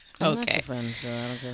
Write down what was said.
Okay